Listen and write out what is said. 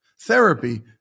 Therapy